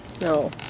no